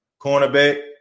Cornerback